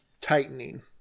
tightening